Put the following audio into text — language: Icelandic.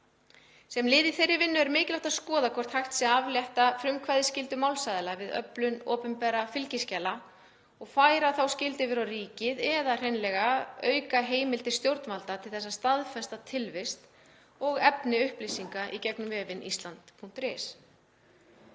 Sem lið í þeirri vinnu er mikilvægt að skoða hvort hægt sé að aflétta frumkvæðisskyldu málsaðila við öflun opinberra fylgiskjala og færa þá skyldu yfir á ríkið eða hreinlega auka heimildir stjórnvalda til þess að staðfesta tilvist og efni upplýsinga í gegnum vefinn island.is.